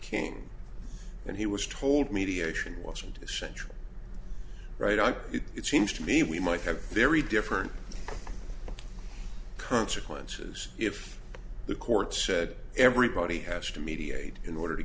came and he was told mediation watching to the central right on it it seems to me we might have very different consequences if the court said everybody has to mediate in order to